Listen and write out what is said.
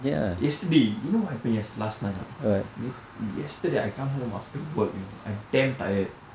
yesterday you know what happen yes~ last night or not yesterday I come after work you know I damn tired